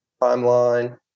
timeline